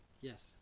Yes